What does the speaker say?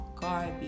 garbage